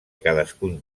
cadascun